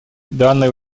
данный